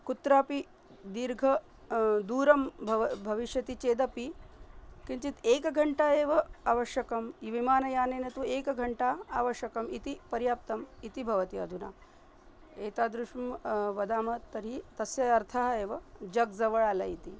कुत्रापि दीर्घं दूरं भव भविष्यति चेदपि किञ्चित् एकघण्टा एव आवश्यकं इ विमानयानेन तु एकघण्टा आवश्यकम् इति पर्याप्तम् इति भवति अधुना एतादृशं वदामः तर्हि तस्य अर्थः एव जग् जवळालय् इति